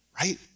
right